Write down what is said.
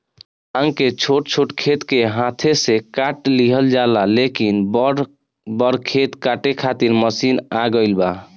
भांग के छोट छोट खेत के हाथे से काट लिहल जाला, लेकिन बड़ बड़ खेत काटे खातिर मशीन आ गईल बा